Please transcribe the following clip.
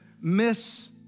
miss